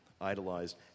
idolized